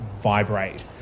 vibrate